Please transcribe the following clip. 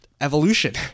evolution